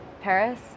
Paris